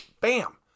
bam